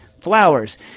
flowers